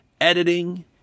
editing